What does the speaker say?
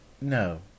No